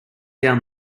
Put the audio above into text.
down